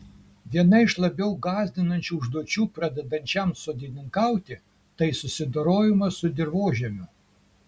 viena iš labiau gąsdinančių užduočių pradedančiam sodininkauti tai susidorojimas su dirvožemiu